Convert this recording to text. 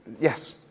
yes